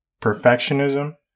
perfectionism